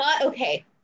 Okay